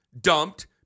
dumped